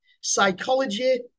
psychology